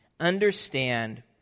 understand